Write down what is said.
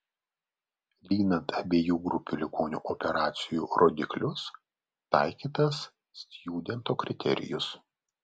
lyginant abiejų grupių ligonių operacijų rodiklius taikytas stjudento kriterijus